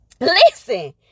listen